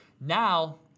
now